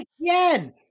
again